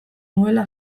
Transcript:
nuela